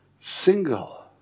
single